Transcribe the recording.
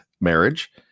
marriage